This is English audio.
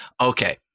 Okay